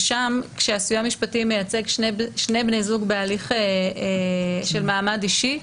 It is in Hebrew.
הסיוע המשפטי שם מייצג שני בני זוג בהליך של מעמד אישי.